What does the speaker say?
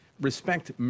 Respect